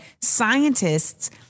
scientists